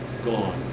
gone